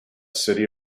city